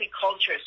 cultures